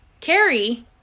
Carrie